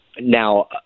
Now